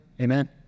Amen